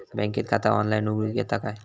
बँकेत खाता ऑनलाइन उघडूक येता काय?